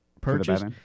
purchase